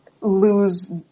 lose